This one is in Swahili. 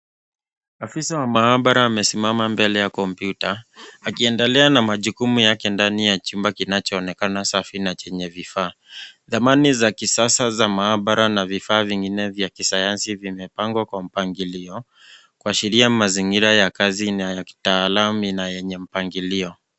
Afisa wa maabara amesimama mbele ya kompyuta, akiendelea na majukumu yake ndani ya chumba ambacho kinaonekana safi na chenye vifaa. Dhamani za kisasa za maabara na vifaa vingine vya kisayansi vimepangwa kwa mpangilio, kuashiria mazingira ya kazi na ya kitaalam na yenye mpangilio.